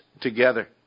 together